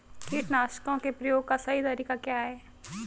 कीटनाशकों के प्रयोग का सही तरीका क्या है?